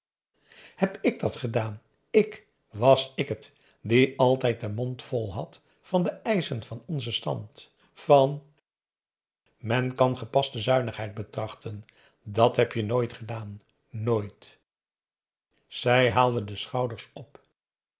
heb ik dat gedaan ik was ik het die altijd den mond vol had van de eischen van onzen stand van p a daum hoe hij raad van indië werd onder ps maurits men kan gepaste zuinigheid betrachten dat heb je nooit gedaan nooit zij haalde de schouders op